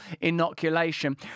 inoculation